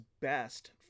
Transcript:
best